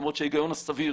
למרות שההיגיון הסביר